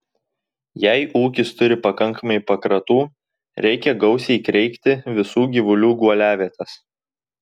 jei ūkis turi pakankamai pakratų reikia gausiai kreikti visų gyvulių guoliavietes